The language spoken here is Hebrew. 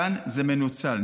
כאן זה מנוצל.